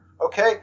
Okay